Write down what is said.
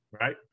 Right